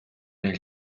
nel